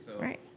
Right